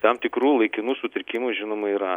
tam tikrų laikinų sutrikimų žinoma yra